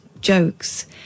jokes